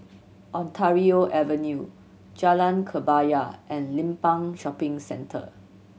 Ontario Avenue Jalan Kebaya and Limbang Shopping Centre